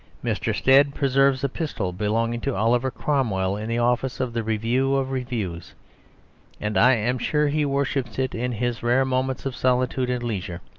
mr. stead preserves a pistol belonging to oliver cromwell in the office of the review of reviews and i am sure he worships it in his rare moments of solitude and leisure.